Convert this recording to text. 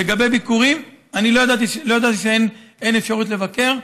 לגבי ביקורים, לא ידעתי שאין אפשרות לבקר.